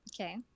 Okay